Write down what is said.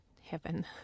heaven